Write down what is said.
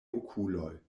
okuloj